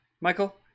Michael